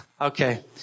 Okay